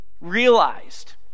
realized